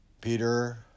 Peter